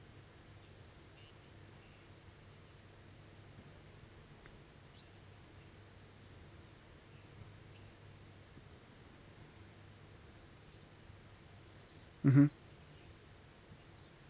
mmhmm